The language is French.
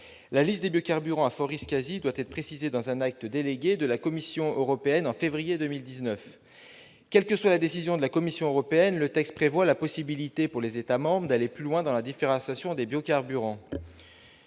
La liste de tels biocarburants doit être précisée par un acte délégué de la Commission européenne, en février 2019. Quelle que soit la décision de la Commission, le texte prévoit la possibilité pour les États membres d'aller plus loin dans la différenciation des biocarburants.